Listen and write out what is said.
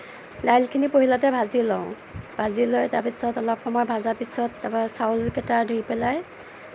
দাইলখিনি পহিলাতে ভাজি লওঁ ভাজি লৈ তাৰপিছত অলপ সময় ভাজা পিছত তাৰপৰা চাউলকেইটা ধুই পেলাই